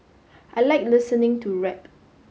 I like listening to rap